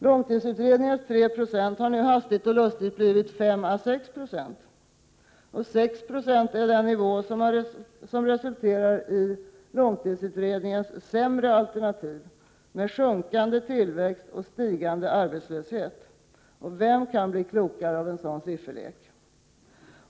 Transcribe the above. Långtidsutredningens 3 0 har nu hastigt och lustigt blivit 5-6 20. Och 6 76 är den nivå som resulterar i långtidsutredningens sämre alternativ, med sjunkande tillväxt och stigande arbetslöshet. Vem kan bli klokare av en sådan sifferlek?